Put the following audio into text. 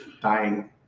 dying